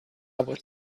was